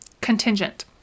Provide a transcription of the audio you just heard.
Contingent